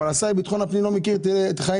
אבל השר לביטחון הפנים לא מכיר את חיים